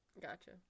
Gotcha